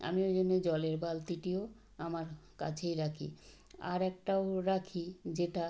আমি ওই জন্য জলের বালতিটিও আমার কাছেই রাখি আর একটাও রাখি যেটা